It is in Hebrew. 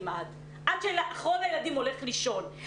עד שאחרון הילדים הולך לישון.